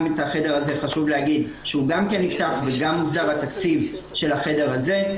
וחשוב להגיד שגם החדר הזה נפתח וגם הוסדר התקציב של החדר הזה,